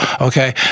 okay